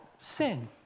sin